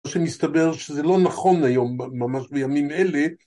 שמסתבר שזה לא נכון היום, ממש בימים אלה.